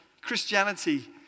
Christianity